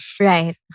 Right